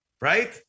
right